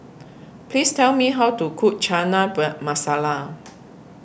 please tell me how to cook Chana Bar Masala